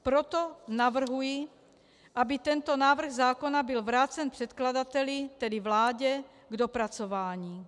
Proto navrhuji, aby tento návrh zákona byl vrácen předkladateli, tedy vládě, k dopracování.